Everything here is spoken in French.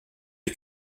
est